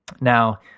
Now